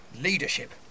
Leadership